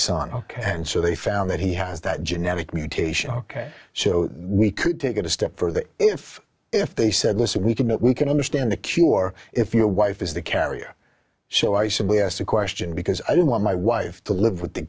son ok and so they found that he has that genetic mutation ok so we could take it a step further if if they said listen we cannot we can understand the cure if your wife is the carrier so i simply asked a question because i don't want my wife to live with the